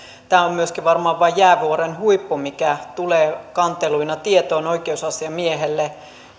tämä on myöskin varmaan vain jäävuoren huippu mikä tulee kanteluina tietoon oikeusasiamiehelle